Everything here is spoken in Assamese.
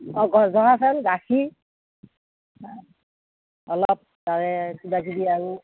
অঁ জহা চাউল গাখীৰ অলপ তাৰে কিবা কিবি আৰু